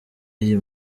iyi